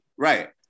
Right